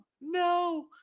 no